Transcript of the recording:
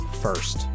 first